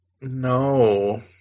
No